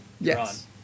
yes